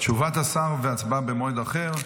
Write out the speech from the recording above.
תגובת השר והצבעה במועד אחר.